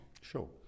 Sure